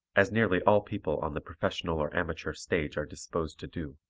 as nearly all people on the professional or amateur stage are disposed to do.